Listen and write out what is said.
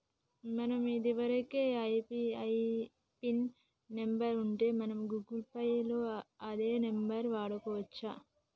మనకు ఇదివరకే UPI pin number ఉంటే మనం గూగుల్ పే లో అదే నెంబర్ వాడుకోవచ్చు